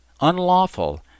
unlawful